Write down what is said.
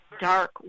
dark